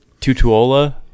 Tutuola